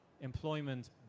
employment